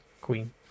Queen